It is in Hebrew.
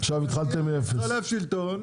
התחלף השלטון,